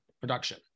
production